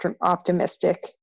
optimistic